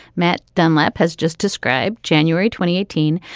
matt dunlap has just described january twenty eighteen.